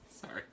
Sorry